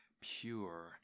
pure